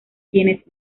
quienes